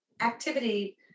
activity